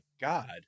god